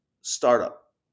startup